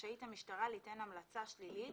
רשאית המשטרה ליתן המלצה שלילית